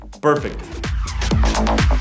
Perfect